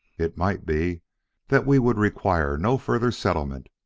it might be that we would require no further settlement.